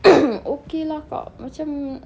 okay lah kak macam